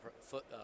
foot